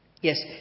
Yes